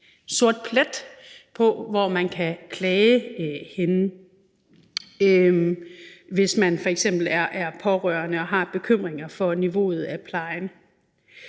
til hvor man kan klage henne, hvis man f.eks. er pårørende og har bekymringer for niveauet af plejen.